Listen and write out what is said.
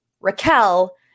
raquel